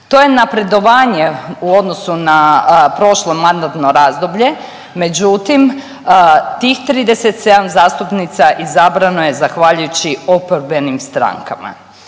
To je napredovanje u odnosu na prošlo mandatno razbolje, međutim tih 37 zastupnica izabrano je zahvaljujući oporbenim strankama,